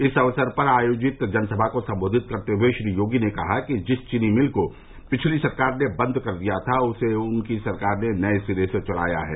इस अवसर पर आयोजित जनसभा को संबोधित करते हये श्री योगी ने कहा कि जिस चीनी मिल को पिछली सरकार ने बंद कर दिया था उसे उनकी सरकार ने नए सिरे से चलाया है